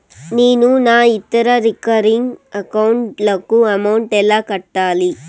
నేను నా ఇతర రికరింగ్ అకౌంట్ లకు అమౌంట్ ఎలా కట్టాలి?